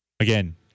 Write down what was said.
Again